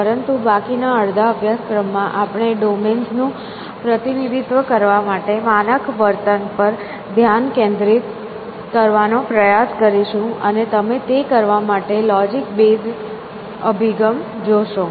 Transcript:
પરંતુ બાકીના અડધા અભ્યાસક્રમમાં આપણે ડોમેન્સ નું પ્રતિનિધિત્વ કરવા માટે માનક વર્તન પર ધ્યાન કેન્દ્રિત કરવાનો પ્રયાસ કરીશું અને તમે તે કરવા માટે લોજીક બેઝ Logic based અભિગમ જોશો